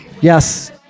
Yes